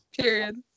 period